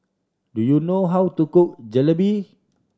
do you know how to cook Jalebi